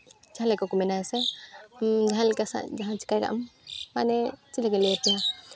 ᱡᱟᱦᱟᱸ ᱞᱮᱠᱟ ᱠᱚ ᱢᱮᱱᱟ ᱥᱮ ᱡᱟᱦᱟᱸ ᱞᱮᱠᱟ ᱡᱟᱦᱟᱸ ᱪᱤᱠᱟᱹ ᱠᱟᱜ ᱟᱢ ᱢᱟᱱᱮ ᱪᱮᱫ ᱞᱮᱠᱟᱧ ᱞᱟᱹᱭ ᱟᱯᱮᱭᱟ